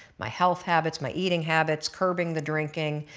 my health habits, my eating habits, curbing the drinking.